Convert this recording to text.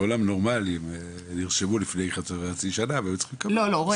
בעולם נורמלי הם נרשמו לפני חצי שנה והיו צריכים לקבל ---.